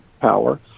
power